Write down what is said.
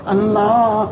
Allah